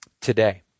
today